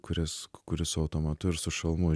kuris kuris su automatu ir su šalmu